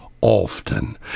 often